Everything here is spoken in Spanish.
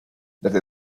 desde